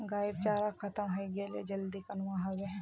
गाइर चारा खत्म हइ गेले जल्दी अनवा ह बे